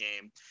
game